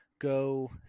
go